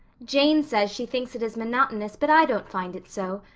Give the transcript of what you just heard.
jane says she thinks it is monotonous but i don't find it so.